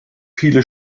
viele